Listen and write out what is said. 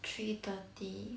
three thirty